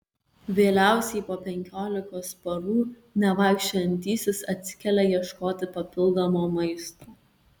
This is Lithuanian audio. vėliausiai po penkiolikos parų nevaikščiojantysis atsikelia ieškoti papildomo maisto